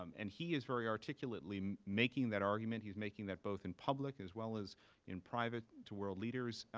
um and he is very articulately making that argument. he's making that both in public, as well as in private to world leaders.